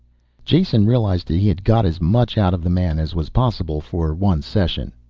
jason realized he had got as much out of the man as was possible for one session.